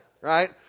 Right